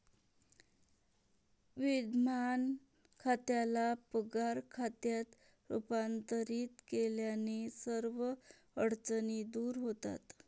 विद्यमान खात्याला पगार खात्यात रूपांतरित केल्याने सर्व अडचणी दूर होतात